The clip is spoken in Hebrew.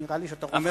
נראה לי שאתה רומז לי,